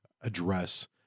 address